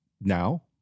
now